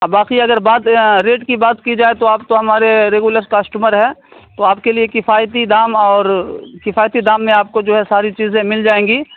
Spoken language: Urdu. باقی اگر بات ریٹ کی بات کی جائے تو آپ تو ہمارے ریگولر کسٹمر ہے تو آپ کے لیے کفایتی دام اور کفایتی دام میں آپ کو جو ہے ساری چیزیں مل جائیں گی